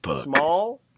Small